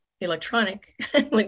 electronic